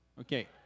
Okay